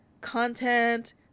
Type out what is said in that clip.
content